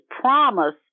promise